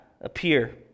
appear